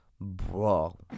Bro